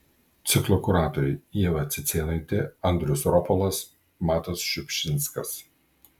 ciklo kuratoriai ieva cicėnaitė andrius ropolas matas šiupšinskas